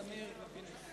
תמיר ופינס-פז.